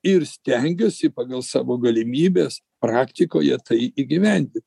ir stengiuosi pagal savo galimybes praktikoje tai įgyvendin